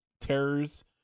terrors